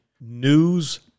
news